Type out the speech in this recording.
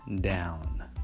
down